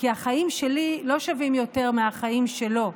כי החיים שלי לא שווים יותר מהחיים שלו.